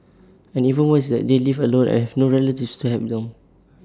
and even worse is that they live alone and have no relatives to help them